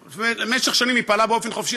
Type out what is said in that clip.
ובמשך שנים היא פעלה באופן חופשי,